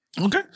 Okay